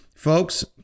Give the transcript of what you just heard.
Folks